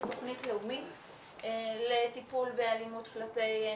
כמו למשל תוכנית לאומית לטיפול באלימות כלפי נהגים.